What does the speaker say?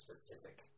specific